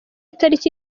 itariki